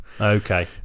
Okay